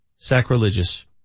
sacrilegious